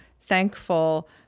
thankful